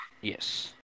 Yes